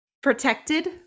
protected